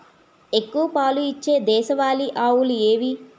ఎక్కువ పాలు ఇచ్చే దేశవాళీ ఆవులు ఏవి?